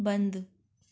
बंद